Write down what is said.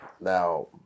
Now